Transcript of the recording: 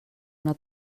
una